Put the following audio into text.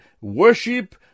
worship